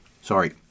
Sorry